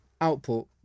output